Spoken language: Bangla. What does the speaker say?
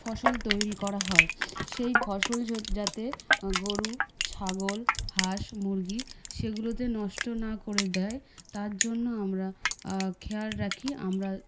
ফসল তৈরি করা হয় সেই ফসল যাতে গরু ছাগল হাঁস মুরগী সেগুলোতে নষ্ট না করে দেয় তার জন্য আমরা খেয়াল রাখি আমরা